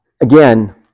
again